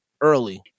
early